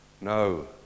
No